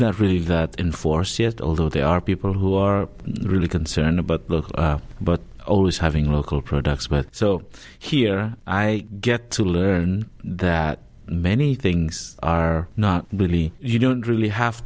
not really in force yet although there are people who are really concerned about but always having local products so here i get to learn that many things are not really you don't really have